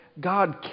God